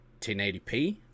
1080p